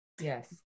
Yes